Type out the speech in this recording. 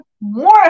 more